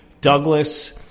Douglas